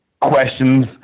questions